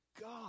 God